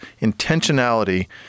intentionality